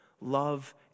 love